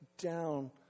down